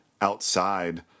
outside